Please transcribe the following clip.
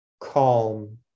calm